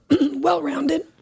well-rounded